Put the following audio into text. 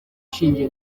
shinge